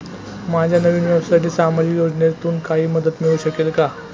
माझ्या नवीन व्यवसायासाठी सामाजिक योजनेतून काही मदत मिळू शकेल का?